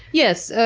yes,